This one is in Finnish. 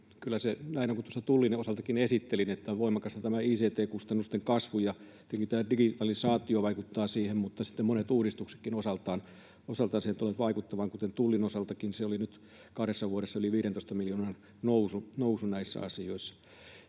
kuin tuossa Tullin osaltakin esittelin, että on voimakasta tämä ict-kustannusten kasvu. Tietenkin digitalisaatio vaikuttaa siihen, mutta monet uudistuksetkin osaltaan tulevat vaikuttamaan, kuten Tullin osaltakin oli nyt kahdessa vuodessa yli 15 miljoonan nousu näissä asioissa.